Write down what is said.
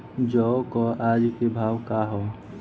जौ क आज के भाव का ह?